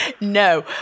No